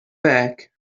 back